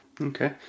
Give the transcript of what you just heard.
Okay